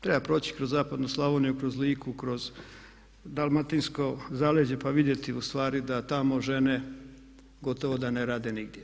Treba proći kroz zapadnu Slavoniju i kroz Liku, kroz dalmatinsko zaleđe pa vidjeti ustvari da tamo žene gotovo da ne rade nigdje.